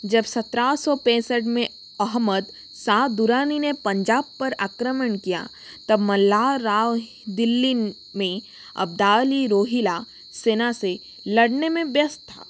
जब सत्रह सौ पैंसठ में अहमद शाह दुर्रानी ने पंजाब पर आक्रमण किया तब मल्हार राव दिल्ली में अब्दाली रोहिला सेना से लड़ने में व्यस्त था